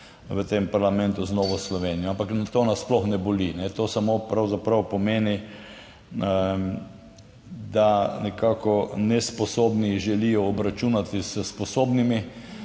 v tem parlamentu z Novo Slovenijo, ampak to nas sploh ne boli. To samo pravzaprav pomeni, da nekako nesposobni želijo obračunati s sposobnimi.